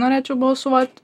norėčiau balsuot